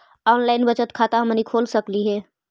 Online बचत खाता हमनी खोल सकली हे?